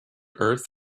earth